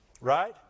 Right